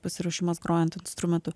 pasiruošimas grojant instrumentu